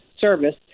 service